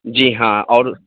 جی ہاں اور